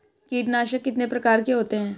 कीटनाशक कितने प्रकार के होते हैं?